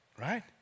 Right